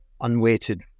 Unweighted